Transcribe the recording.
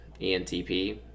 ENTP